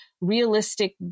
realistic